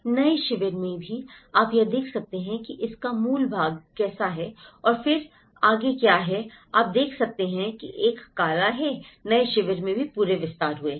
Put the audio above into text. नए शिविर में भी आप यह देख सकते हैं कि इसका मूल भाग कैसा है और फिर आज क्या है आप देख सकते हैं कि एक काला है नए शिविर में भी पूरे विस्तार हुए हैं